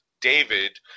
David